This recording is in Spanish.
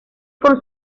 con